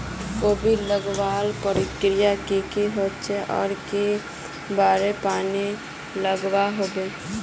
कोबी लगवार प्रक्रिया की की होचे आर कई बार पानी लागोहो होबे?